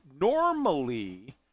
normally